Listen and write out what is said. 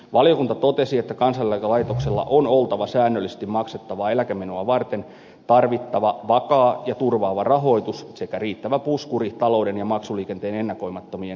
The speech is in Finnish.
valiokunta totesi että kansaneläkelaitoksella on oltava säännöllisesti maksettavaa eläkemenoa varten tarvittava vakaa ja turvaava rahoitus sekä riittävä puskuri talouden ja maksuliikenteen ennakoimattomien häiriöiden varalle